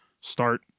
start